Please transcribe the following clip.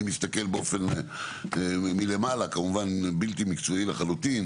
אם אני מסתכל מלמעלה כמובן מבט בלתי מקצועי לחלוטין